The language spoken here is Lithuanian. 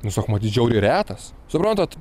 nu sako matyt žiauriai retas suprantat